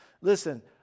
Listen